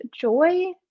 joy